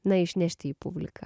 na išnešti į publiką